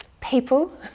people